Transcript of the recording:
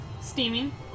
steaming